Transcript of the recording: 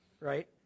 right